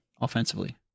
offensively